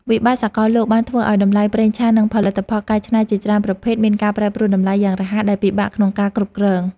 វិបត្តិសកលលោកបានធ្វើឱ្យតម្លៃប្រេងឆានិងផលិតផលកែច្នៃជាច្រើនប្រភេទ មានការប្រែប្រួលតម្លៃយ៉ាងរហ័សដែលពិបាកក្នុងការគ្រប់គ្រង។